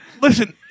listen